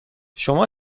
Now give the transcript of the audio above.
شما